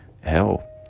hell